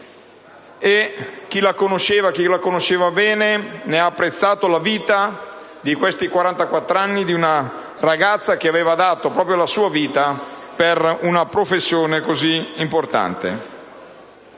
Chi la conosceva bene ne ha apprezzato la vita in questi 44 anni: una ragazza che aveva dato la sua vita per una professione così importante.